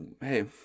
hey